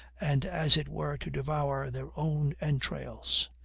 and as it were to devour their own entrails.